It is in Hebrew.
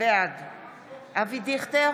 בעד אבי דיכטר,